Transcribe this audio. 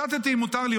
שטתי, מותר לי.